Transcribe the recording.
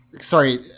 Sorry